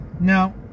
now